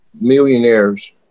millionaires